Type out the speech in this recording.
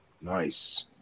Nice